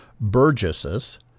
Burgesses